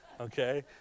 okay